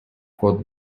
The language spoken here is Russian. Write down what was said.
кот